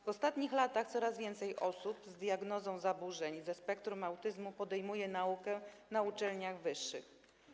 W ostatnich latach coraz więcej osób z diagnozą zaburzeń ze spektrum autyzmu podejmuje naukę na uczelniach wyższych.